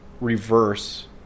reverse